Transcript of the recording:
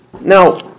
Now